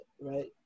right